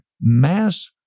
mass